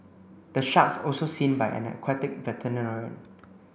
the sharks also seen by an aquatic veterinarian